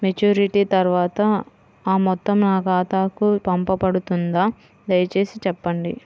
Maturity తర్వాత ఆ మొత్తం నా ఖాతాకు పంపబడుతుందా? దయచేసి చెప్పండి?